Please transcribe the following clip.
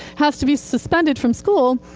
has to be suspended from school,